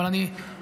אבל אני --- לא,